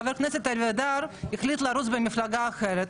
אם חבר כנסת אלי אבידר יחליט לרוץ במפלגה אחרת,